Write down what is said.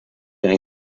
ein